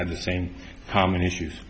had the same common issues